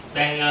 đang